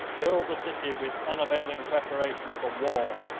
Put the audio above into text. filled the city with unavailing preparations for war,